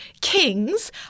kings